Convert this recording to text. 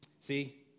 See